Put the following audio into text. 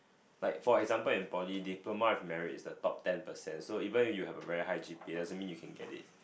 like for example in poly diploma with merit is the top ten percent so even if you have a very high G_P_A doesn't mean you can get it